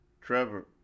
Trevor